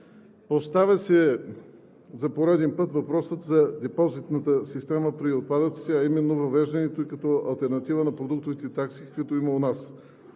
Остава за пореден път въпросът за депозитната система при отпадъците, а именно въвеждането ѝ като алтернатива на продуктовите такси, каквито има у нас.